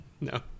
No